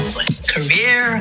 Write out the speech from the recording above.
Career